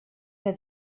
que